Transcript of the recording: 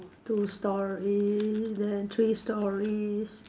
two stories then three stories